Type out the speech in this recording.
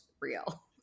real